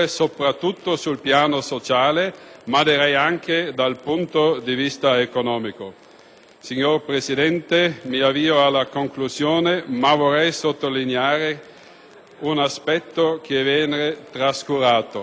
Signor Presidente, mi avvio alla conclusione, non prima di aver sottolineato un aspetto che viene trascurato. Per quanto riguarda i 16 miliardi di euro per le infrastrutture, perché